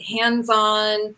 hands-on